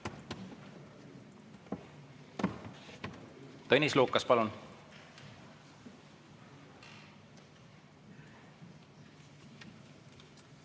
Tõnis Lukas, palun!